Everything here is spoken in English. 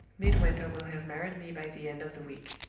midwinter will have married me by the end of the week.